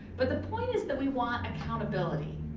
but the point is that we want accountability,